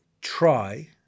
try